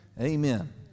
Amen